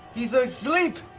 he's asleep.